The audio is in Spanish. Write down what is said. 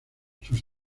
sus